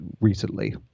recently